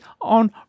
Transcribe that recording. on